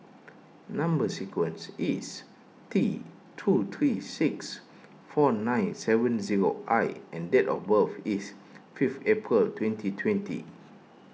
Number Sequence is T two three six four nine seven zero I and date of birth is fifth April twenty twenty